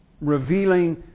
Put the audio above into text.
revealing